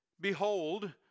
Behold